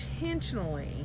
intentionally